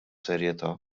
serjetà